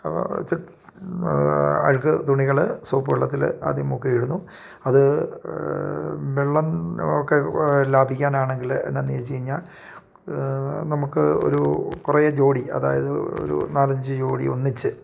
അഴുക്ക് തുണികൾ സോപ്പ് വെള്ളത്തിൽ ആദ്യം മുക്കി ഇടുന്നു അത് വെള്ളം ഒക്കെ ലാഭിക്കാൻ ആണെങ്കിൽ എന്താണേന്നു വച്ചു കഴിഞ്ഞാൽ നമുക്ക് ഒരു കുറേ ജോടി അതായത് ഒരു നാല് അഞ്ച് ജോഡി ഒന്നിച്ചു